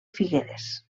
figueres